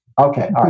okay